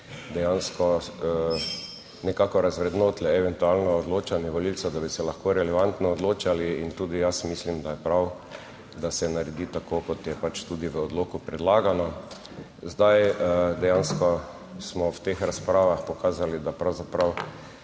dejansko nekako razvrednotile eventualno odločanje volivcev, da bi se lahko relevantno odločali in tudi jaz mislim, da je prav, da se naredi tako kot je pač tudi v odloku predlagano. Zdaj dejansko smo v teh razpravah pokazali, da pravzaprav